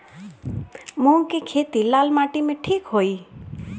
मूंग के खेती लाल माटी मे ठिक होई?